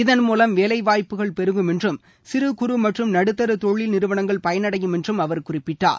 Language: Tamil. இதன் மூலம் வேலைவாய்ப்புகள் பெருகும் என்றும் சிறுகுறு மற்றும் நடுத்தர தொழில்நிறுவனங்கள் பயனடையும் என்றும் அவர் குறிப்பிட்டார்